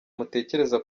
mutekereza